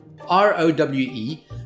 R-O-W-E